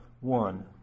one